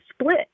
split